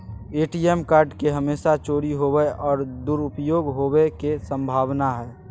ATM card के हमेशा चोरी होवय और दुरुपयोग होवेय के संभावना हइ